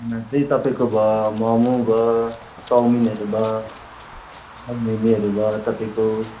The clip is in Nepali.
तपाईँको भयो मोमो भयो चौमिनहरू भयो आलु मिमीहरू भयो तपाईँको